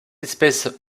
espèce